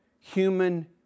human